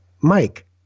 Mike